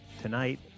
tonight